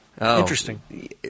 Interesting